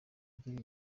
agira